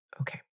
Okay